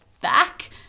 back